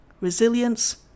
resilience